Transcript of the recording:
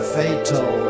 fatal